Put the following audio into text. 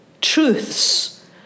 truths